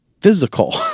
physical